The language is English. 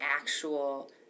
actual